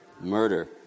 murder